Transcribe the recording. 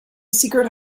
secret